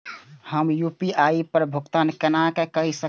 हम यू.पी.आई पर भुगतान केना कई सकब?